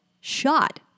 shot